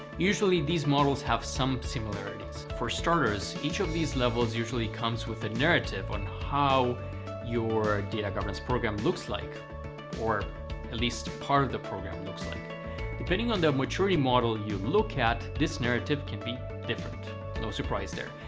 usually these models have some similarities. for starters each of these levels usually comes with a narrative on how your data governance program looks like or at least part of the program. like depending on the maturity model you look at this narrative can be different no surprise there.